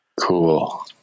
Cool